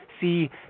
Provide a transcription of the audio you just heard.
See